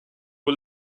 who